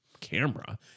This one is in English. camera